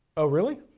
oh, really?